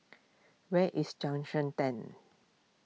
where is Junction ten